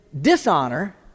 dishonor